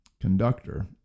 conductor